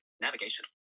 Navigation